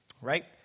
right